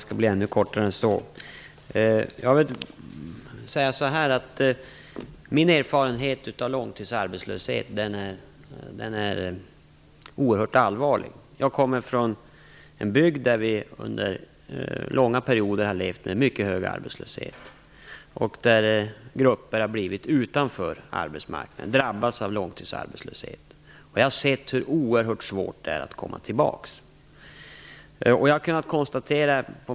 Fru talman! Jag har oerhört stor erfarenhet av långtidsarbetslöshet. Jag kommer från en bygd där vi under långa perioder har levt med mycket hög arbetslöshet. Där har grupper drabbats av långtidsarbetslöshet och hamnat utanför arbetsmarknaden. Jag har sett hur oerhört svårt det är att komma tillbaka till arbetsmarknaden.